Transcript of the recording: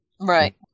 right